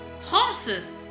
horses